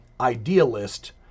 idealist